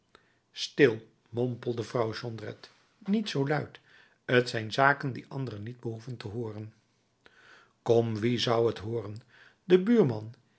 stil mompelde vrouw jondrette niet zoo luid t zijn zaken die anderen niet behoeven te hooren kom wie zou t hooren de buurman